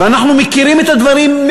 ואנחנו מכירים את הדברים.